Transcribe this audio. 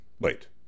Wait